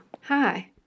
hi